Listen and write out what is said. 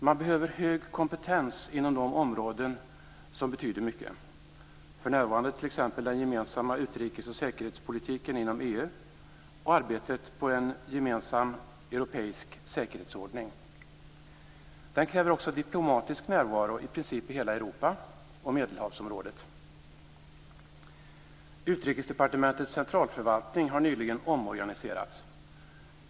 Man behöver hög kompetens inom de områden som betyder mycket. För närvarande handlar det t.ex. om den gemensamma utrikes och säkerhetspolitiken inom EU och arbetet på en gemensam europeisk säkerhetsordning. Det krävs också diplomatisk närvaro i princip i hela Europa och i Medelhavsområdet. Utrikesdepartementets centralförvaltning har nyligen omorganiserats.